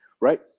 Right